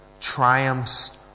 triumphs